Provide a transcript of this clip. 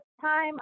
time